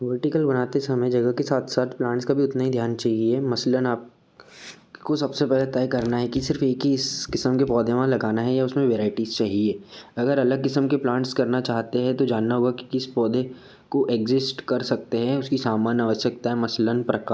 vertical बनाते समय जगह के साथ साथ प्लांट्स का भी उतना ही ध्यान चाहिए मसलन आप को सब से पहले तय करना है कि सिर्फ़ एक ही क़िसम के पौधे वहाँ लगाना है या उसमें वेराइटीज़ चाहिए अगर अलग क़िसम के प्लांट्स करना चाहते हैं तो जानना होगा कि किस पौधे को एग्जिस्ट कर सकते है उसकी सामान्य आवश्यकताऍं मसलन प्रका